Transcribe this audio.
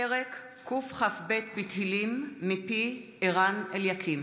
פרק קכ"ב בתהילים מפי ערן אליקים: